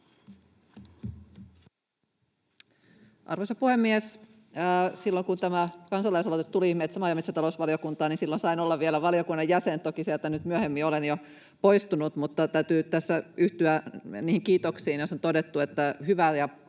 Arvoisa puhemies! Silloin, kun tämä kansalaisaloite tuli maa‑ ja metsätalousvaliokuntaan, sain vielä olla valiokunnan jäsen. Toki sieltä nyt myöhemmin olen jo poistunut, mutta täytyy tässä yhtyä niihin kiitoksiin, joissa on todettu, että hyvää